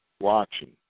watching